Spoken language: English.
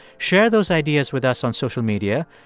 share those ideas with us on social media.